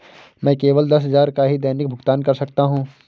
मैं केवल दस हजार का ही दैनिक भुगतान कर सकता हूँ